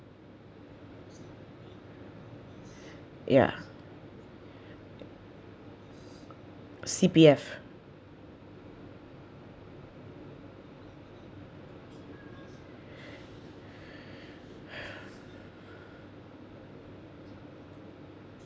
ya C_P_F